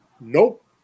Nope